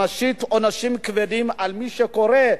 המשית עונשים כבדים על מי שקורא,